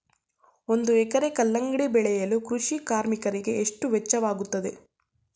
ಒಂದು ಎಕರೆ ಕಲ್ಲಂಗಡಿ ಬೆಳೆಯಲು ಕೃಷಿ ಕಾರ್ಮಿಕರಿಗೆ ಎಷ್ಟು ವೆಚ್ಚವಾಗುತ್ತದೆ?